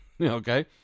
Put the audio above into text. Okay